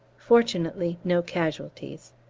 fortunately no casualties.